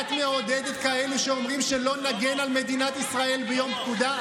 את מעודדת כאלה שאומרים: לא נגן על מדינת ישראל ביום פקודה?